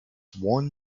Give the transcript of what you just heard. won